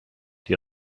die